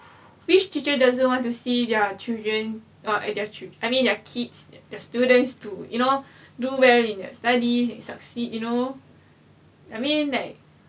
which teacher doesn't want to see their children uh their chil~ I mean their kids the students to you know do well in their studies and succeed you know I mean like